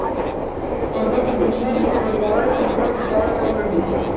फसल बीमा करवाय बर का का लगही?